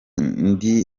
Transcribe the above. ndi